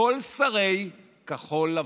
כל שרי כחול לבן.